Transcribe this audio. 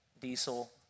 diesel